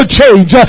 change